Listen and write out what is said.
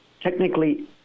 Technically